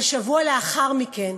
אבל שבוע לאחר מכן